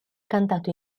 cantato